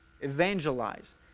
Evangelize